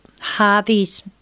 Harvey's